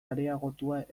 areagotua